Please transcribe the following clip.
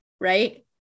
right